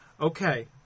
okay